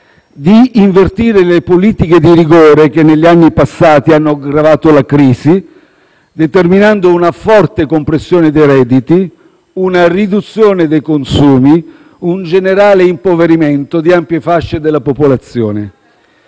di invertire le politiche di rigore che negli anni passati hanno aggravato la crisi, determinando una forte compressione dei redditi, una riduzione dei consumi, un generale impoverimento di ampie fasce della popolazione.